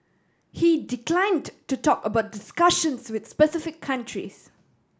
he declined to talk about discussions with specific countries